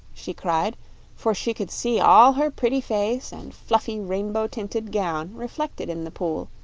she cried for she could see all her pretty face and fluffy, rainbow-tinted gown reflected in the pool,